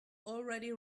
already